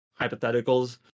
hypotheticals